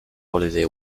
holiday